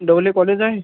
ढवले college आहे